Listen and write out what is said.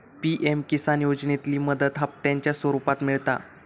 PM Kisan योजनेतली मदत हप्त्यांच्या स्वरुपात मिळता